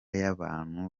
y’abantu